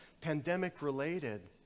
pandemic-related